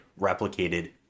replicated